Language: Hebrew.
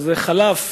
זה חלף